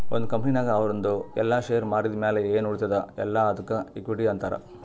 ಒಂದ್ ಕಂಪನಿನಾಗ್ ಅವಂದು ಎಲ್ಲಾ ಶೇರ್ ಮಾರಿದ್ ಮ್ಯಾಲ ಎನ್ ಉಳಿತ್ತುದ್ ಅಲ್ಲಾ ಅದ್ದುಕ ಇಕ್ವಿಟಿ ಅಂತಾರ್